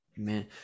Amen